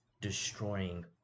destroying